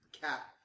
Cap